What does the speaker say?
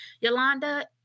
Yolanda